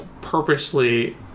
purposely